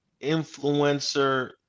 influencer